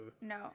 No